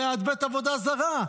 ליד בית עבודה זרה.